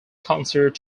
considered